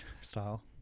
style